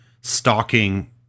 stalking